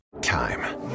Time